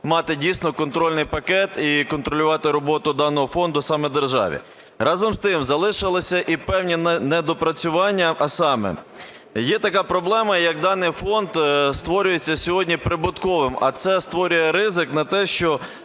мати дійсно контрольний пакет і контролювати роботу даного фонду саме державі. Разом з тим залишилися і певні недопрацювання, а саме: є така проблема, як даний фонд створюється сьогодні прибутковим, а це створює ризик на те, що